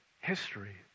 history